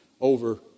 over